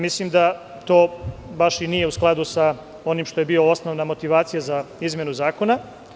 Mislim da to baš i nije u skladu sa onim što je bila osnovna motivacija za izmenu zakona.